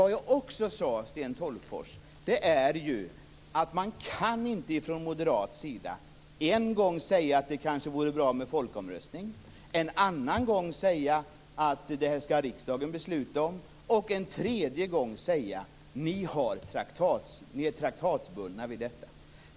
Dessutom sade jag att man från moderaterna inte en gång säga att det kanske vore bra med en folkomröstning, en annan gång säga att det är riksdagen som skall besluta och en tredje gång säga att vi är traktatsbundna vid detta.